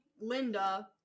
Linda